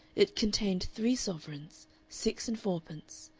it contained three sovereigns, six and fourpence,